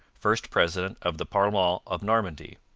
first president of the parlement of normandy.